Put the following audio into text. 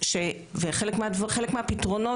אבל לא פחות חשוב זה לשמר את מדעי הרוח הכלליים.